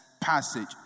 passage